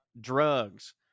drugs